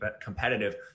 competitive